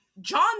John